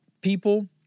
people